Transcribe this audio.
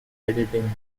editing